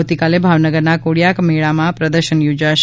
આવતીકાલે ભાવનગરના કોળીયાક મેળામાં પ્રદર્શન યોજાશે